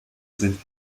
sind